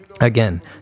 Again